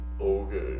okay